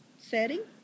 setting